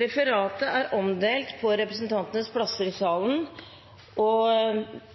opprettholde forslaget om at representantforslaget om å sikre behandling av trygdeoppgjøret i Stortinget behandles snarlig og